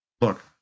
Look